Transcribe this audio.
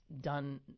done